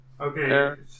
Okay